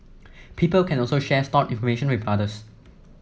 people can also share stored information with others